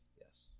Yes